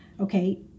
okay